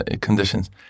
conditions